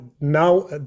now